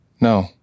No